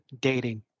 Dating